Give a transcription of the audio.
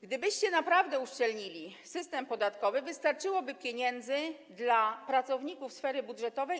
Gdybyście naprawdę uszczelnili system podatkowy, wystarczyłoby pieniędzy dla pracowników sfery budżetowej.